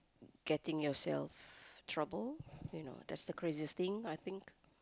getting yourself trouble you know that's the craziest thing I think